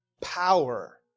power